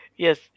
Yes